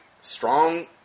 strong